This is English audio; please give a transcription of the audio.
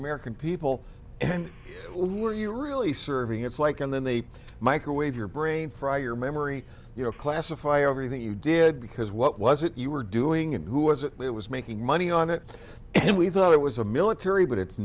american people and who are you really serving it's like and then they microwave your brain fry your memory you know classify over the thing you did because what was it you were doing and who was it was making money on it and we thought it was a military but it's